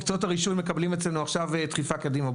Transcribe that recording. מקצועות הרישוי מקבלים אצלנו עכשיו דחיפה קדימה,